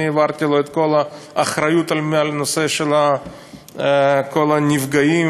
אני העברתי את כל האחריות לנושא של כל הנפגעים